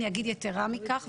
אני אגיד יתרה מכך.